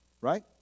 Right